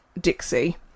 dixie